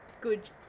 good